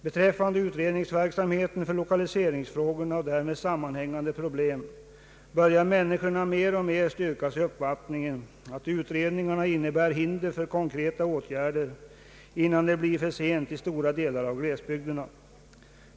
Beträffande utredningsverksamheten för lokaliseringsfrågorna och därmed sammanhängande problem börjar människorna mer och mer styrkas i uppfattningen att utredningarna innebär hinder för konkreta åtgärder och att det blir för sent att genomföra sådana i stora delar av glesbygderna.